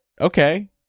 okay